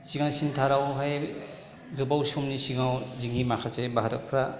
सिगांसिनथारावहाय गोबाव समनि सिगाङाव जोंनि माखासे भारतारिफ्रा